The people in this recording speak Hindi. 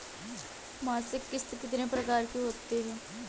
मासिक किश्त कितने प्रकार की होती है?